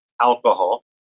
alcohol